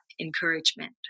encouragement